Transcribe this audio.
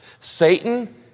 Satan